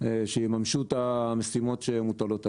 שיממשו את המשימות שמוטלות עליהם.